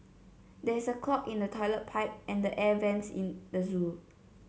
there is a clog in the toilet pipe and the air vents in the zoo